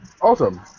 Awesome